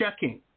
Checking